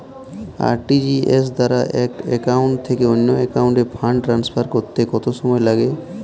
RTGS দ্বারা এক account থেকে অন্য একাউন্টে ফান্ড ট্রান্সফার করতে কত সময় লাগে?